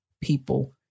people